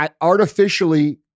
artificially